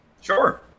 Sure